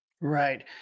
Right